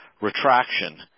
retraction